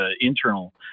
internal